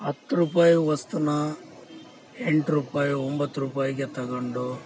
ಹತ್ತು ರೂಪಾಯಿ ವಸ್ತುನ ಎಂಟು ರೂಪಾಯಿ ಒಂಬತ್ತು ರೂಪಾಯಿಗೆ ತಗೊಂಡು